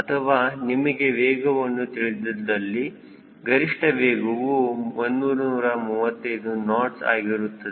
ಅಥವಾ ನಿಮಗೆ ವೇಗವು ತಿಳಿದಿದ್ದಲ್ಲಿ ಗರಿಷ್ಠ ವೇಗವು 135 ನಾಟ್ಸ್ ಆಗಿರುತ್ತದೆ